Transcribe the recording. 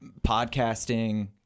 podcasting